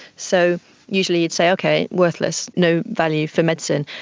so usually you'd say, okay, worthless, no value for medicine.